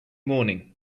morning